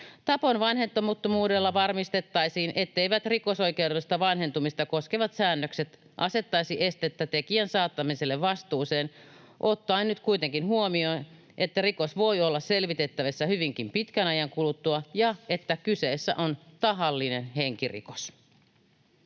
Tapon vanhentumattomuudella varmistettaisiin, etteivät rikosoikeudellista vanhentumista koskevat säännökset asettaisi estettä tekijän saattamiselle vastuuseen, ottaen nyt kuitenkin huomioon, että rikos voi olla selvitettävissä hyvinkin pitkän ajan kuluttua ja että kyseessä on tahallinen henkirikos.